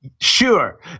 Sure